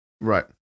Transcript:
right